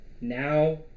now